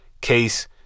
case